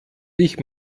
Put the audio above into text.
dich